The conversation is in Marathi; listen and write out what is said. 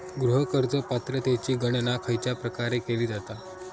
गृह कर्ज पात्रतेची गणना खयच्या प्रकारे केली जाते?